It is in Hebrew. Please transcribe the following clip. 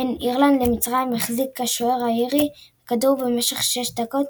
בין אירלנד למצרים החזיק השוער האירי בכדור במשך שש דקות,